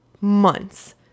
months